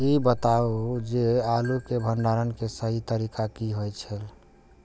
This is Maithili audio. ई बताऊ जे आलू के भंडारण के सही तरीका की होय छल?